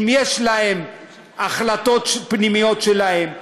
אם יש להם החלטות פנימיות שלהם?